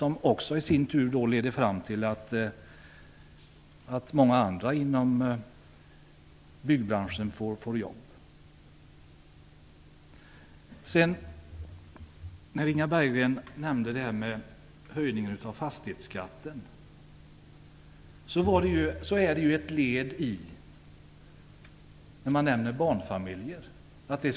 Det leder i sin tur fram till att många andra inom byggbranschen får jobb. Inga Berggren nämnde att höjningen av fastighetsskatten speciellt skulle drabba barnfamiljer.